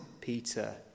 Peter